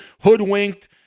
hoodwinked